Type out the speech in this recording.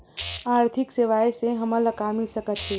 आर्थिक सेवाएं से हमन ला का मिल सकत हे?